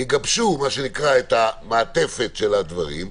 יגבשו את המעטפת של הדברים.